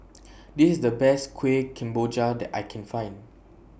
This IS The Best Kueh Kemboja that I Can Find